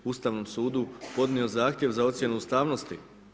Ustavnom sudu podnio zahtjev za ocjenu ustavnosti.